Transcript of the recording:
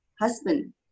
husband